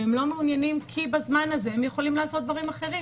והם לא מעוניינים כי בזמן הם יכולים לעשות דברים אחרים.